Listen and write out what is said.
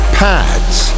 pads